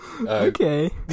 okay